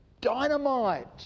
dynamite